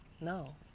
no